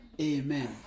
Amen